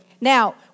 Now